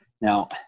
Now